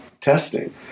testing